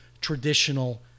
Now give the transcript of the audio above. traditional